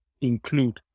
include